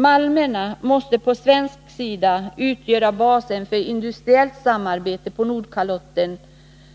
Malmerna måste på svensk sida utgöra basen för industriellt samarbete på Nordkalotten